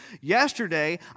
Yesterday